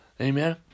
Amen